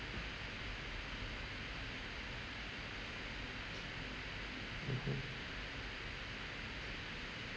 mmhmm